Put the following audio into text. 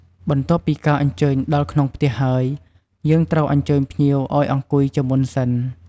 បន្ទាប់ពីការអញ្ចើញដល់ក្នុងផ្ទះហើយ យើងត្រូវអញ្ជើញភ្ញៀវអោយអង្គុយជាមុនសិន។